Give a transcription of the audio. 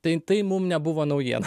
tai tai mum nebuvo naujiena